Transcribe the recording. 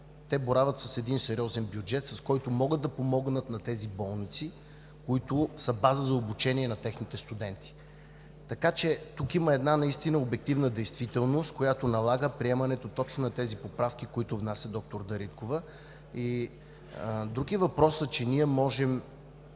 те боравят с един сериозен бюджет, с който могат да помогнат на болниците, които са база за обучение на техните студенти. Тук има наистина обективна действителност, която налага приемането точно на поправките, които внася доктор Дариткова. Друг е въпросът, че можем,